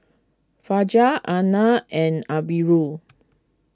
Fajar Aina and Amirul